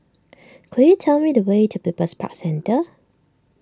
could you tell me the way to People's Park Centre